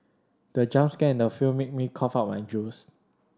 the jump scare in the film made me cough out my juice